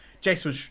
jason